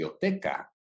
biblioteca